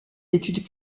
d’études